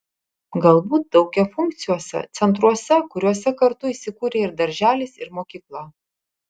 galbūt daugiafunkciuose centruose kuriuose kartu įsikūrę ir darželis ir mokykla